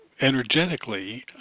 energetically